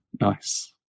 Nice